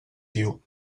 xxi